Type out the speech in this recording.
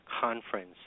conference